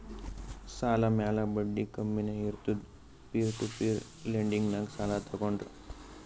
ಸಾಲ ಮ್ಯಾಲ ಬಡ್ಡಿ ಕಮ್ಮಿನೇ ಇರ್ತುದ್ ಪೀರ್ ಟು ಪೀರ್ ಲೆಂಡಿಂಗ್ನಾಗ್ ಸಾಲ ತಗೋಂಡ್ರ್